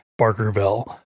Barkerville